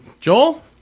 Joel